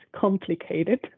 complicated